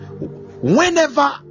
whenever